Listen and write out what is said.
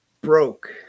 broke